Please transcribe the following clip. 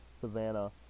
Savannah